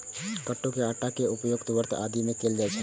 कट्टू के आटा के उपयोग व्रत आदि मे कैल जाइ छै